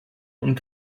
und